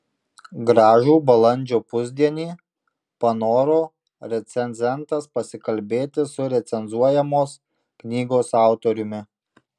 gražų balandžio pusdienį panoro recenzentas pasikalbėti su recenzuojamos knygos autoriumi